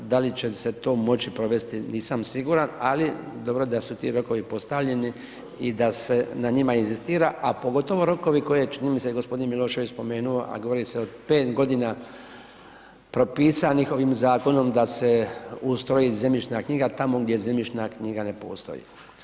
Da li će se to moći provesti, nisam siguran, ali dobro da su ti rokovi postavljeni i da se na njima inzistira, a pogotovo rokovi koje je, čini mi se da je g. Milošević spomenuo, a govori se o 5 godina propisanih ovim zakonom da se ustroji zemljišna knjiga tamo gdje zemljišna knjiga ne postoji.